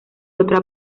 otra